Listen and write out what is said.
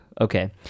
Okay